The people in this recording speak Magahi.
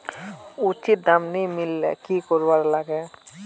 उचित दाम नि मिलले की करवार लगे?